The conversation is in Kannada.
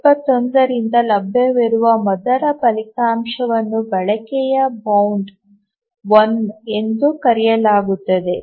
1971 ರಿಂದ ಲಭ್ಯವಿರುವ ಮೊದಲ ಫಲಿತಾಂಶವನ್ನು ಬಳಕೆಯ ಬೌಂಡ್ 1 ಎಂದು ಕರೆಯಲಾಗುತ್ತದೆ